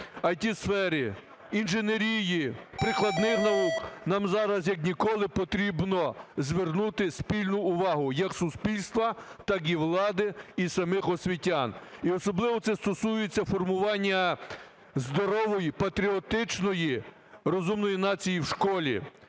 ІТ-сфері, інженерії, прикладних наук, нам зараз як ніколи потрібно звернути спільну увагу як суспільства, так і влади, і самих освітян. І особливо це стосується формування здорової патріотичної розумної нації в школі.